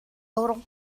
how